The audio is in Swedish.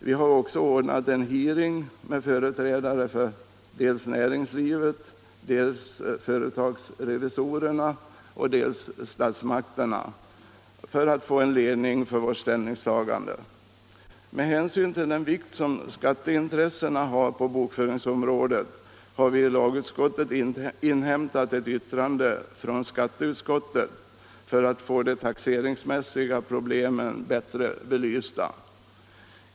Vi har också ordnat en hearing med företrädare för dels näringslivet, dels företagsrevisorerna, dels statsmakterna för att få ledning för vårt ställningstagande. Med hänsyn till den vikt som skatteintressena har på bokföringsområdet har vi i lagutskottet inhämtat yttrande från skatteutskottet för att få de taxeringsmässiga problemen bättre belysta.